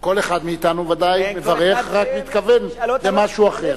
כל אחד מאתנו, ודאי מברך, רק מתכוון למשהו אחר.